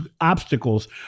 obstacles